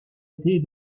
été